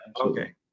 Okay